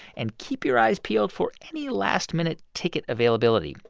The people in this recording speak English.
and keep your eyes peeled for any last-minute ticket availability.